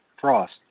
Frost